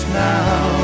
now